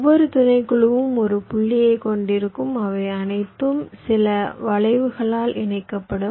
ஒவ்வொரு துணைக்குழுவும் ஒரு புள்ளியைக் கொண்டிருக்கும் அவை அனைத்தும் சில வளைவுகளால் இணைக்கப்படும்